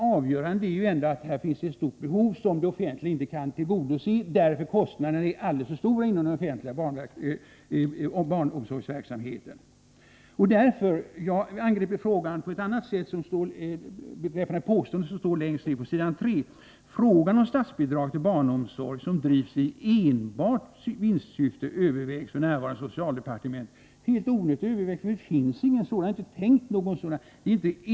Avgörande är att här finns ett stort behov som det offentliga inte kan tillgodose, därför att kostnaderna inom den offentliga barnomsorgsverksamheten är alldeles för stora. Längst ned på s. 3 i det utdelade svaret heter det: ”Frågan om statsbidrag till barnomsorg som drivs i enbart vinstsyfte övervägs f.n. i socialdepartementet.” Det är helt onödigt att överväga detta, för det finns ingen sådan barnomsorg, och det är inte heller tänkt att. det skall finnas någon sådan barnomsorg.